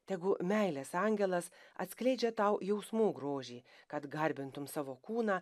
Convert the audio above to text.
tegu meilės angelas atskleidžia tau jausmų grožį kad garbintum savo kūną